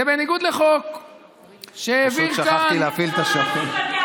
זה בניגוד לחוק שהעביר כאן,